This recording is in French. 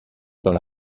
dans